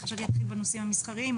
חשבתי להתחיל בנושאים המסחריים,